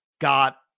got